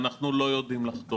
אתם לוקחים את זה בחשבון?